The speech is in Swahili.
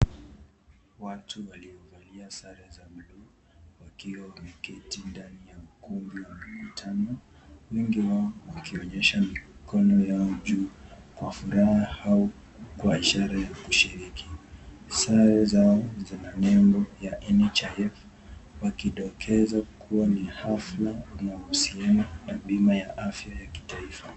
Watu waliovaa sare za buluu wakiwa wameketi ndani ya ukumbi wa mkutano. Wengi wao wakionyesha mikono yao juu kwa furaha au kwa ishara ya kushiriki. Sare zao zina nembo ya NHIF wakidokeza kuwa ni hafla inayohusiana na bima ya afya ya kitaifa.